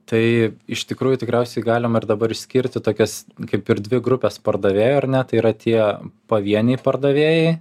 tai iš tikrųjų tikriausiai galima ir dabar išskirti tokias kaip ir dvi grupes pardavėjų ar ne tai yra tie pavieniai pardavėjai